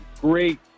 great